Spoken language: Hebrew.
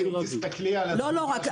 אם תסכלי --- לא "לא רק".